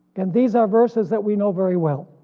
and these are verses that we know very well.